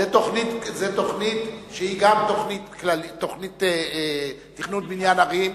זו תוכנית שהיא גם תוכנית בניין ערים,